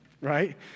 right